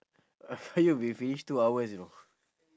I can't believe we finish two hours you know